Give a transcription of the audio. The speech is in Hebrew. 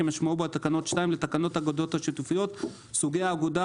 כמשמעותם בתקנה 2 לתקנות האגודות השיתופיות (סוגי אגודות),